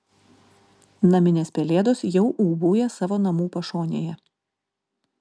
naminės pelėdos jau ūbauja savo namų pašonėje